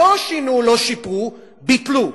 לא שינו, לא שיפרו, ביטלו.